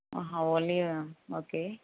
only okay